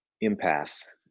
impasse